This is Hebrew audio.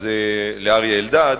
לאריה אלדד: